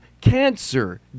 cancer